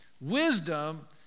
Wisdom